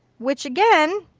which again,